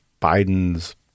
Biden's